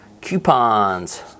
coupons